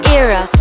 era